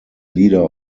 leader